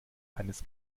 eines